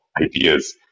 ideas